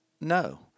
No